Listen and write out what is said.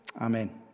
Amen